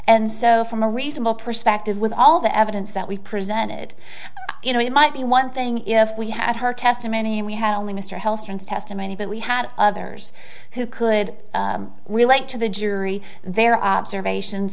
and so from a reasonable perspective with all the evidence that we presented you know it might be one thing if we had her testimony and we had only mr hellstrom testimony but we had others who could relate to the jury their observations